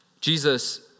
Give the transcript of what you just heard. Jesus